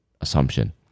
assumption